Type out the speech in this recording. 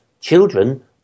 children